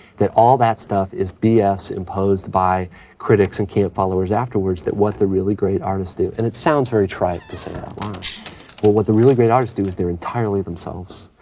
that all that stuff is b s. imposed by critics and camp followers afterwards, that what the really great artists do, and it sounds very trite to say it out like what what the really great artists do is they're entirely themselves.